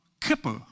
Kippur